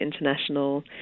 international